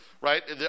right